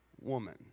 woman